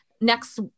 next